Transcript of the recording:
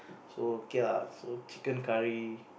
so okay lah chicken curry